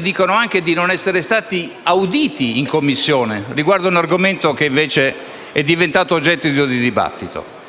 dicono anche di non essere stati auditi in Commissione riguardo un argomento che è diventato oggetto di dibattito.